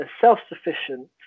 self-sufficient